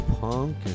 punk